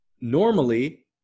normally